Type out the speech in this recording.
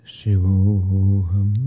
Shivoham